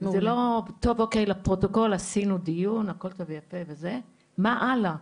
ומה הלאה.